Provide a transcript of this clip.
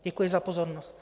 Děkuji za pozornost.